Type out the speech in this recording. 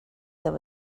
there